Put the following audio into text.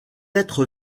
être